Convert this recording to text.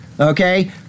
Okay